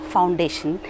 Foundation